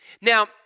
Now